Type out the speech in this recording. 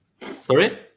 Sorry